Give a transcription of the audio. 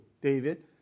David